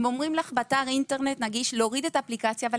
אומרים לך להוריד את האפליקציה באתר אינטרנט נגיש,